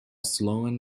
sloan